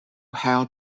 how